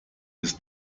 des